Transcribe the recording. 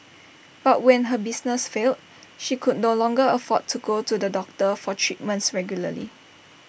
but when her business failed she could no longer afford to go to the doctor for treatments regularly